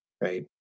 right